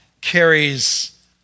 carries